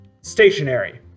stationary